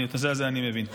את הנושא הזה אני מבין.